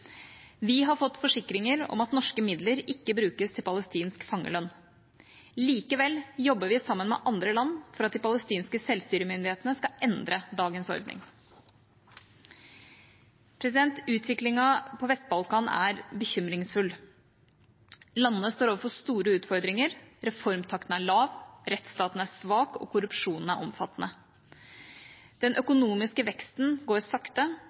Vi har fått forsikringer om at norske midler ikke brukes til palestinsk fangelønn. Likevel jobber vi sammen med andre land for at de palestinske selvstyremyndighetene skal endre dagens ordning. Utviklingen på Vest-Balkan er bekymringsfull. Landene står overfor store utfordringer. Reformtakten er lav, rettsstaten er svak, og korrupsjonen er omfattende. Den økonomiske veksten går sakte,